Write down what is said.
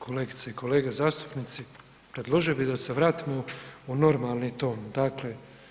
Kolegice i kolege zastupnici predložio bi da se vratimo u normalni ton.